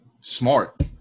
Smart